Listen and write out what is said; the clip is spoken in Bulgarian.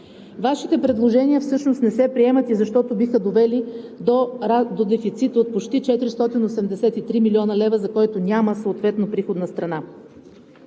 Вашите предложения всъщност не се приемат и защото биха довели до дефицит от почти 483 млн. лв., за който няма съответно приходна страна.